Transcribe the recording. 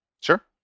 Sure